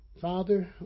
Father